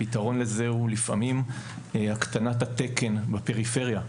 הפתרון לזה לפעמים הוא הקטנת התקן בפריפריה.